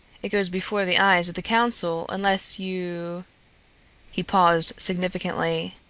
it goes before the eyes of the council, unless you he paused significantly.